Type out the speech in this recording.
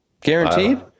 Guaranteed